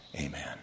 amen